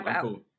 cool